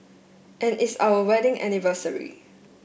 and it's our wedding anniversary